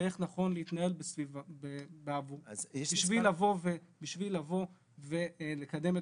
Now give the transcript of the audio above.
ואיך נכון להתנהל בשביל לבוא ולקדם את